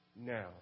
now